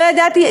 לא ידעתי,